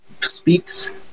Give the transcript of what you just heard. speaks